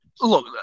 look